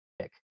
pick